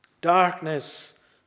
darkness